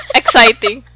exciting